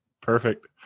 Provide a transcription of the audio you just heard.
Perfect